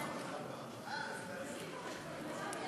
זכר צדיק לברכה,